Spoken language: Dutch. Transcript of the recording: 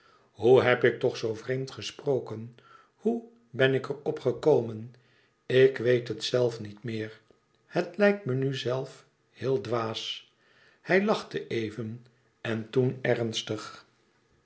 hoe heb ik toch zoo vreemd gesproken hoe ben ik er op gekomen ik weet het zelf niet meer het lijkt me nu zelf heel dwaas hij lachte even en toen ernstig